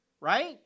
right